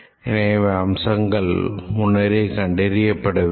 எனவே அம்சங்கள் முன்னரே கண்டறியப்பட வேண்டும்